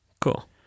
Cool